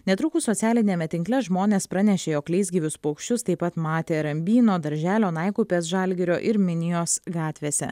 netrukus socialiniame tinkle žmonės pranešė jog leisgyvius paukščius taip pat matė rambyno darželio naikupės žalgirio ir minijos gatvėse